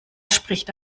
spricht